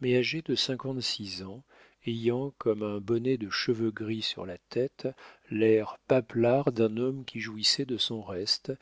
mais âgé de cinquante-six ans ayant comme un bonnet de cheveux gris sur la tête l'air papelard d'un homme qui jouissait de son reste